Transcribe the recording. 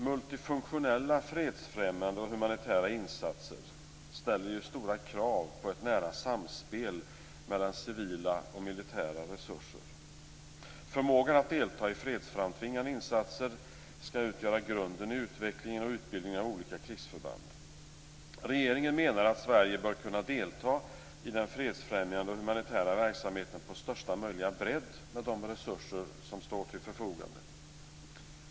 Multifunktionella fredsfrämjande och humanitära insatser ställer stora krav på ett nära samspel mellan civila och militära resurser. Förmågan att delta i fredsframtvingande insatser skall utgöra grunden i utvecklingen och utbildningen av olika krigsförband. Regeringen menar att Sverige bör kunna delta i den fredsfrämjande och humanitära verksamheten på största möjliga bredd med de resurser som står till förfogande.